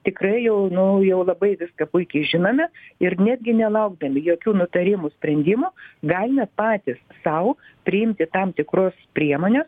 tikrai jau nu jau labai viską puikiai žinome ir netgi nelaukdami jokių nutarimų sprendimų galime patys sau priimti tam tikrus priemones